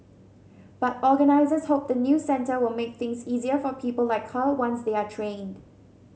but organisers hope the new centre will make things easier for people like her once they are trained